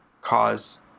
cause